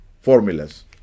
formulas